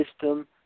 system